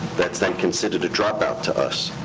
that's then considered a dropout to us.